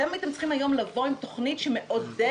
הייתם צריכים היום לבוא עם תוכנית שמעודדת,